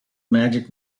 magic